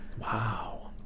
Wow